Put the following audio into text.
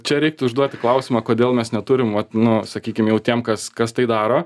čia reiktų užduoti klausimą kodėl mes neturim vat nu sakykim jau tiem kas kas tai daro